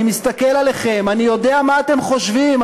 אני מסתכל עליכם ואני יודע מה אתם חושבים.